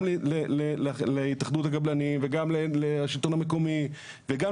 גם להתאחדות הקבלנים וגם לשלטון המקומי וגם